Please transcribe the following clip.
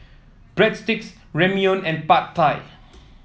Breadsticks Ramyeon and Pad Thai